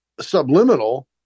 subliminal